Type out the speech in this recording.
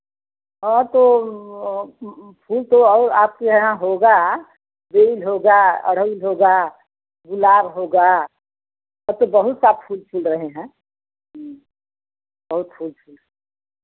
और तो फूल तो और आपके यहाँ होगा बेल होगा गुड़हल होगा गुलाब होगा हाँ अब तो बहुत फूल खिल रहे हैं बहुत फूल खिल र